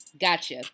Gotcha